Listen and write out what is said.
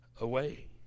away